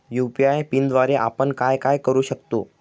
UPI पिनद्वारे आपण काय काय करु शकतो?